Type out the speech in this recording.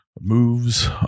moves